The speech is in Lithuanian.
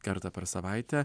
kartą per savaitę